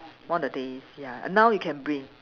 one of the days ya now you can bring